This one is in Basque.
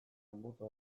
anboto